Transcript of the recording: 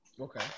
Okay